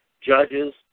judges